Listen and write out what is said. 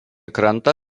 krantą